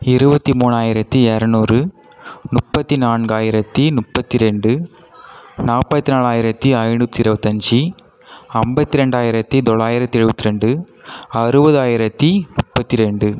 இருபத்தி மூணாயிரத்து இரநூறு முப்பத்தி நான்காயிரத்து முப்பத்தி ரெண்டு நாற்பத்து நாலாயிரத்து ஐநூற்றி இருபத்தஞ்சி ஐம்பத்தி ரெண்டாயிரத்து தொளாயிரத்து எழுபத்தி ரெண்டு அறுபதாயிரத்தி முப்பத்து ரெண்டு